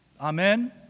Amen